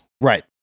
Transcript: Right